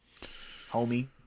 Homie